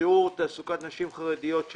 שיעור תעסוקת נשים חרדיות הוא